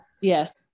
Yes